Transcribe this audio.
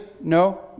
no